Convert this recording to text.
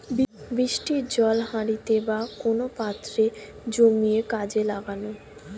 বৃষ্টির জল হাঁড়িতে বা কোন পাত্রে জমিয়ে কাজে লাগানো